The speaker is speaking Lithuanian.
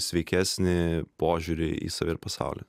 sveikesnį požiūrį į save ir pasaulį